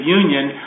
union